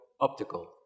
optical